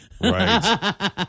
Right